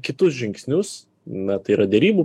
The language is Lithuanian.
kitus žingsnius na tai yra derybų